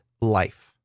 life